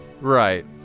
Right